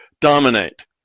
dominate